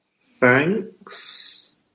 thanks